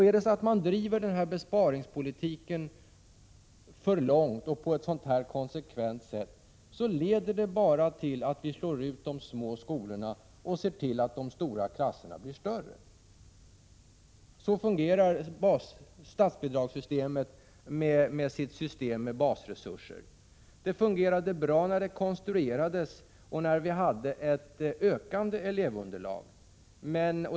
Driver vi den här besparingspolitiken för långt och på ett sådant här konsekvent sätt leder det bara till att vi slår ut de små skolorna och ser till att de stora klasserna blir större. Så fungerar statsbidraget med sitt system med basresurser. Det fungerade bra när det konstruerades och när vi hade ett ökande elevunderlag.